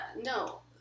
No